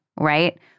right